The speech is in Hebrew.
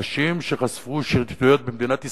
אנשים שחשפו שחיתויות במדינת ישראל,